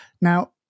Now